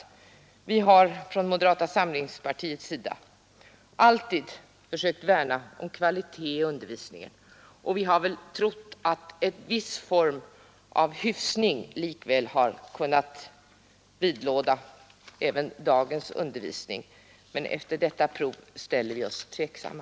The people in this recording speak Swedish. Från moderata samlingspartiets sida har vi alltid försökt att värna om kvaliteten i undervisningen, och vi har väl också trott att en viss form av hyfsning likväl har kunnat vidlåda även dagens undervisning, men efter detta prov ställer vi oss tveksamma.